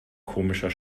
komischer